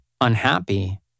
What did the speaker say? unhappy